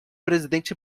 presidente